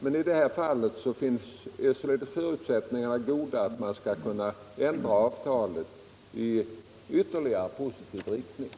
I detta fall finns det alltså goda förutsättningar att ändra avtalet i positiv riktning. | 19 luftfarten